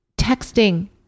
texting